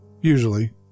Usually